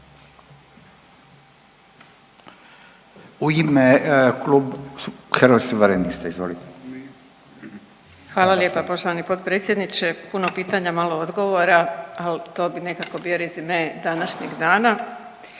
Vesna (Hrvatski suverenisti)** Hvala lijepa poštovani potpredsjedniče. Puno pitanja, malo odgovora, ali to bi nekako bio rezime današnjeg dana,